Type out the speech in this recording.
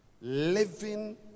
living